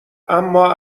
اما